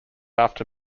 after